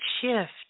shift